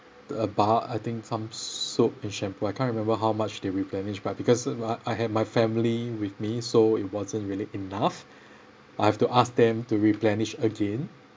a bar I think some soap and shampoo I can't remember how much they replenished but because I had my family with me so it wasn't really enough I have to ask them to replenish again